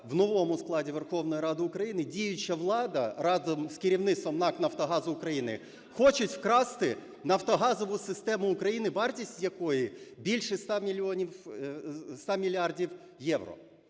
в новому складі Верховної Ради України діюча влада разом з керівництвом НАК "Нафтогаз України" хочуть вкрасти нафтогазову систему України, вартість якої більше 100 мільярдів євро.